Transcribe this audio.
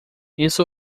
isso